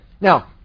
Now